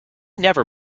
never